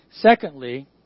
Secondly